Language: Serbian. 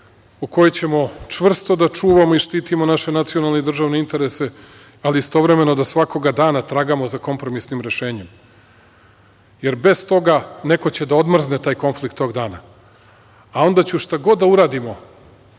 u kojoj ćemo čvrsto da čuvamo i štitimo naše nacionalne i državne interese, ali istovremeno da svakoga dana tragamo za kompromisnim rešenjem, jer bez toga neko će da odmrzne taj konflikt tog dana, a onda ću šta god da uradimo